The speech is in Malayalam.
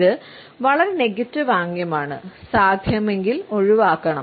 ഇത് വളരെ നെഗറ്റീവ് ആംഗ്യമാണ് സാധ്യമെങ്കിൽ ഒഴിവാക്കണം